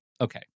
Okay